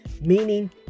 meaning